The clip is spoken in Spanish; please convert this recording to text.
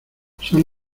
son